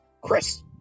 Chris